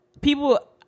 people